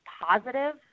positive